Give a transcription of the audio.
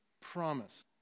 promise